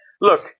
Look